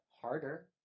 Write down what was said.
harder